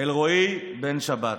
אלרועי בן שבת,